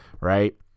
right